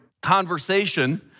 conversation